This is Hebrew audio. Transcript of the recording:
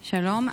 שלום.